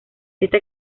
esta